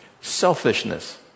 selfishness